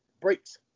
breaks